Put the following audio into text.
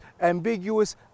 ambiguous